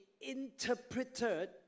interpreted